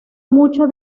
mucho